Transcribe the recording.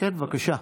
כן, בבקשה.